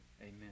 Amen